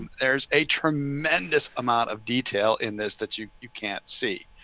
there's a tremendous amount of detail in this that you you can't see,